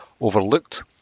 overlooked